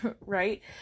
Right